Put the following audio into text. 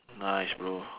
nice bro